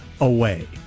away